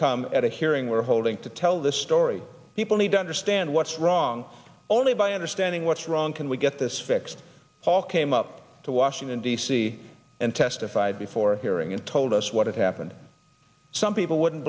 come at a hearing we're holding to tell the story people need to understand what's wrong only by understanding what's wrong can we get this fixed paul came up to washington d c and testified before a hearing and told us what had happened some people wouldn't